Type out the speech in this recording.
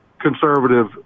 conservative